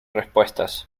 respuestas